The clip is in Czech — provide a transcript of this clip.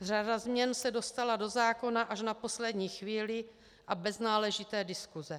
Řada změn se dostala do zákona až na poslední chvíli a bez náležité diskuse.